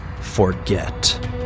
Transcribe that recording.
forget